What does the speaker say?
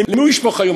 למי הוא ישפוך היום?